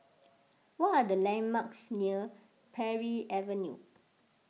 what are the landmarks near Parry Avenue